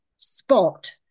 spot